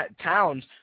towns